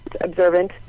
observant